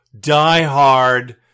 diehard